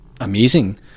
amazing